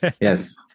yes